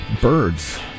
Birds